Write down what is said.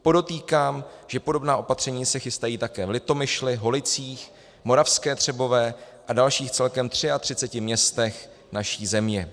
Podotýkám, že podobná opatření se chystají také v Litomyšli, Holicích, Moravské Třebové a dalších celkem 33 městech naší země.